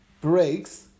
breaks